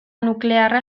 nuklearra